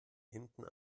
hinten